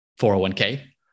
401k